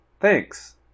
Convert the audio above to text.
thanks